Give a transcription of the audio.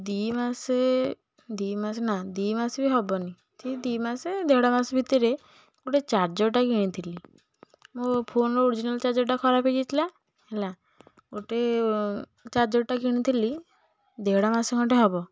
ଦୁଇମାସ ଦୁଇମାସ ନା ଦୁଇମାସ ବି ହବନି ସେଇ ଦୁଇମାସ ଦେଢ଼ ମାସ ଭିତରେ ଗୋଟେ ଚାର୍ଜରଟା କିଣିଥିଲି ମୋ ଫୋନ୍ର ଓରିଜିନାଲ୍ ଚାର୍ଜରଟା ଖରାପ ହେଇଯାଇଥିଲା ହେଲା ଗୋଟେ ଚାର୍ଜରଟା କିଣିଥିଲି ଦେଢ଼ ମାସ ଖଣ୍ଡେ ହବ